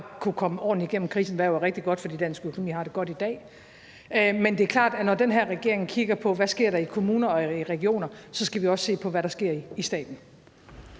kunnet komme ordentligt igennem krisen, hvilket jo er rigtig godt, for dansk økonomi har det godt i dag. Men det er klart, at når den her regering kigger på, hvad der sker i kommuner og regioner, så skal vi også se på, hvad der sker i staten.